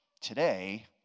Today